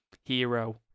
hero